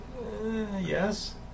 Yes